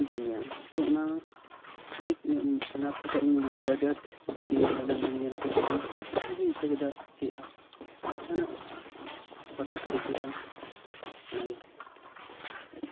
ᱩᱱᱤ ᱜᱚᱡ ᱞᱮᱱᱠᱷᱟᱱᱜᱮ ᱩᱱᱤᱭ ᱧᱮᱞᱮᱭᱟ ᱛᱚ ᱚᱱᱟ ᱠᱞᱤᱠ ᱚᱱᱟ ᱯᱷᱳᱴᱳ ᱤᱧ ᱢᱚᱱᱨᱮ ᱟᱹᱰᱤ ᱟᱸᱴ ᱫᱩᱠ ᱤᱧ ᱧᱟᱢ ᱞᱮᱫᱟ ᱚᱱᱟ ᱧᱮᱞ ᱠᱟᱛᱮᱫ ᱜᱮ ᱤᱧ ᱦᱚᱸᱧ ᱫᱤᱥᱟᱹ ᱠᱮᱫᱟ ᱪᱮᱫ ᱡᱟᱦᱟᱱᱟᱜ ᱯᱷᱴᱳ ᱠᱞᱤᱠ ᱦᱳᱭᱳᱜᱼᱟ ᱚᱱᱟᱜᱮ